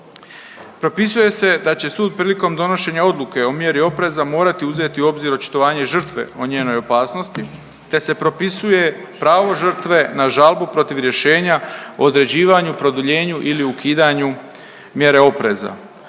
Propisuje se da će sud prilikom donošenja odluke o mjeri opreza morati uzeti u obzir očitovanje žrtve o njenoj opasnosti, te se propisuje pravo žrtve na žalbu protiv rješenja o određivanju, produljenju ili ukidanju mjere opreza.